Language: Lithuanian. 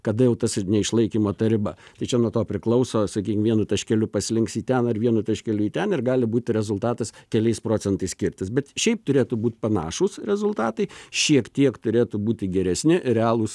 kada jau tas ir neišlaikymo ta riba tai čia nuo to priklauso sakykim vienu taškeliu paslinksi į ten ar vienu taškeliu į ten ir gali būti rezultatas keliais procentais skirtis bet šiaip turėtų būt panašūs rezultatai šiek tiek turėtų būti geresni ir realūs